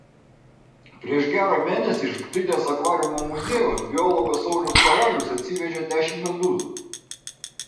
prieš gerą mėnesį iš gdynės akvariumo muziejaus biologas saulius karalius atsivežė dešimt medūzų